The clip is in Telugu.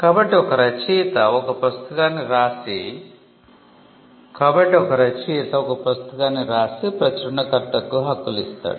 కాబట్టి ఒక రచయిత ఒక పుస్తకాన్ని వ్రాసి ప్రచురణకర్తకు హక్కులు ఇస్తాడు